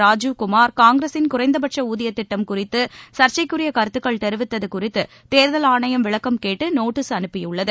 ராஜீவ் குமார் காங்கிரஸின் குறைந்தபட்சஊதியதிட்டம் குறித்துசர்ச்சைக்குரியகருத்துக்கள் தெரிவித்துகுறித்துதேர்தல் ஆனையம் விளக்கம் கேட்டுநோட்டீஸ் அனுப்பியுள்ளது